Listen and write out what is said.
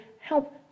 help